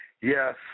yes